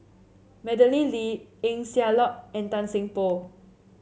Madeleine Lee Eng Siak Loy and Tan Seng Poh